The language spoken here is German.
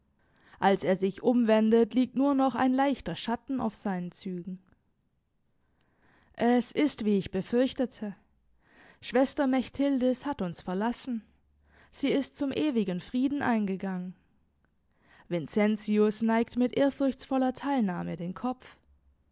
als er sich umwendet liegt nur noch ein leichter schatten auf seinen zügen es ist wie ich befürchtete schwester mechthildis hat uns verlassen sie ist zum ewigen frieden eingegangen vincentius neigt mit ehrfurchtsvoller teilnahme den kopf